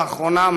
לאחרונה,